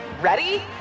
Ready